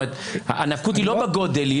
הנפקות היא לא בגודל,